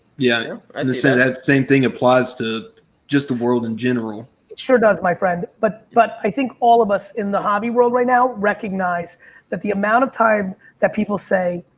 yeah. as i said, that same thing applies to just the world in general. it sure does my friend, but but i think all of us in the hobby world right now recognize that the amount of time that people say,